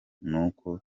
n’uko